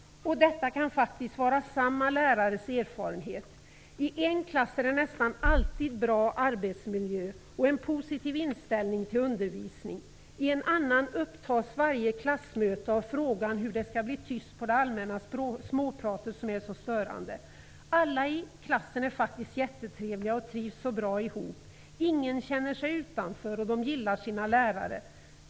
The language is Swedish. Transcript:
Detta kan faktiskt vara samma lärares erfarenhet. I en klass är det nästan alltid en bra arbetsmiljö och en positiv inställning till undervisningen. I en annan klass upptas varje klassmöte av frågan hur det skall kunna bli tyst på det allmänna småpratet, som är så störande. Alla i klassen är faktiskt jättetrevliga och trivs så bra ihop. Ingen känner sig utanför, och de gillar sina lärare.